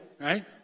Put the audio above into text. right